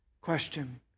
question